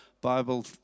Bible